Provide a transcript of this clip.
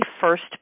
first